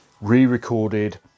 re-recorded